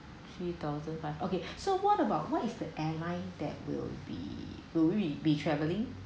three thousand five okay so what about what is the airline that will be will we be travelling